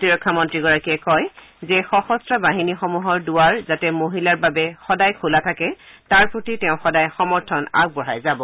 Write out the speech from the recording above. প্ৰতিৰক্ষা মন্ত্ৰীগৰাকীয়ে কয় যে সশন্থ বাহিনীসমূহৰ দুৱাৰ যাতে মহিলাৰ বাবে সদায় খোলা থাকে তাৰ প্ৰতি সদায় তেওঁ সমৰ্থন আগবঢ়াই যাব